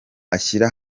ashyira